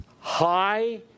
high